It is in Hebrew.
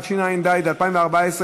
התשע"ד 2014,